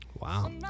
Wow